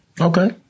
Okay